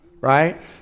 right